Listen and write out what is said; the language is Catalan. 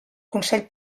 consell